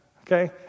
okay